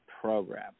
program